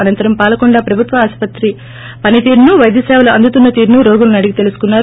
అనంతరం పాలకొండ ప్రభుత్వ ఆసుపత్రి పనితీరును వైద్యసేవలు అందుతున్న తీరును రోగులను అడిగి తెలుసుకున్నారు